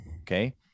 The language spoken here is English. Okay